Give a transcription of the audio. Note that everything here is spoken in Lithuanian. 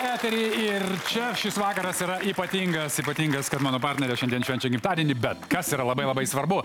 eterį ir čia šis vakaras yra ypatingas ypatingas kad mano partnerė šiandien švenčia gimtadienį bet kas yra labai labai svarbu